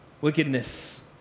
wickedness